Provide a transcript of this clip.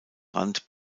rand